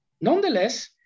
Nonetheless